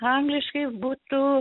angliškai būtų